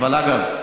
אגב,